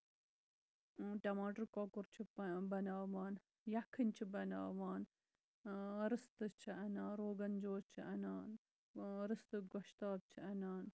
ٹَماٹر کۄکُر چھِ بَناوان یَکھٕنۍ چھِ بَناوان رِستہٕ چھِ اَنان روگَن جوش چھِ اَنان رِستہٕ گۄشتاب چھِ اَنان